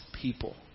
people